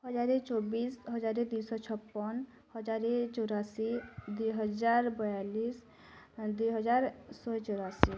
ହଜାର ଚବିଶି ହଜାର ଦୁଇ ଶହ ଛପନ ହଜାର ଚଉରାଅଶୀ ଦୁଇ ହଜାର ବୟାଳିଶି ଦୁଇ ହଜାର ଶହେ ଚଉରାଅଶୀ